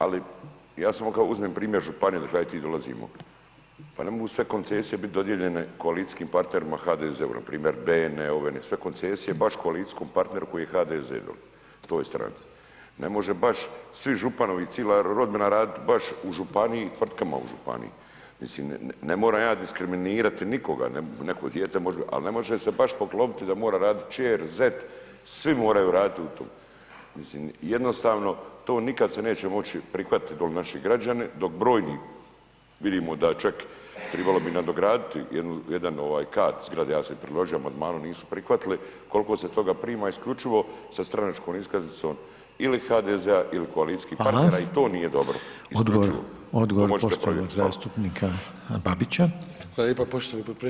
Ali, ja samo kad uzmem primjer županije odakle ja i ti dolazimo, pa ne mogu sve koncesije biti dodijeljene koalicijskim partnerima HDZ-u, npr. … [[Govornik se ne razumije]] sve koncesije baš koalicijskom partneru koji je HDZ-ov, toj stranci, ne može baš svi županovi, cila rodbina radit baš u županiji, tvrtkama u županiji, mislim ne moram ja diskriminirati nikoga, neko dijete možda, al ne može se baš poklopiti da mora raditi ćer, zet, svi moraju radit u tom, mislim, jednostavno to nikad se neće moći prihvatit naši građani, dok brojni, vidimo da čak, tribalo bi nadograditi jedan kat zgrade, ja sam i predložio amandmanom, nisu prihvatili, koliko se toga prima isključivo sa stranačkom iskaznicom ili HDZ-a ili koalicijskih partnera [[Upadica: Hvala]] i to nije dobro isključivo [[Upadica: Odgovor, odgovor poštovanog zastupnika…]] to možete provjeriti.